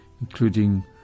including